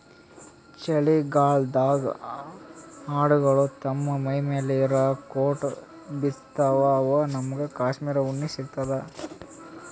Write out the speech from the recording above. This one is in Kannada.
ಚಳಿಗಾಲ್ಡಾಗ್ ಆಡ್ಗೊಳು ತಮ್ಮ್ ಮೈಮ್ಯಾಲ್ ಇರಾ ಕೋಟ್ ಬಿಚ್ಚತ್ತ್ವಆವಾಗ್ ನಮ್ಮಗ್ ಕಾಶ್ಮೀರ್ ಉಣ್ಣಿ ಸಿಗ್ತದ